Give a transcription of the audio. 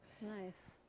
Nice